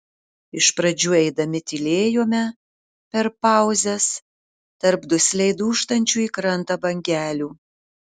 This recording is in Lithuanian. iš pradžių eidami tylėjome per pauzes tarp dusliai dūžtančių į krantą bangelių